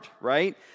right